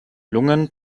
lungen